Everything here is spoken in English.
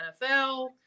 NFL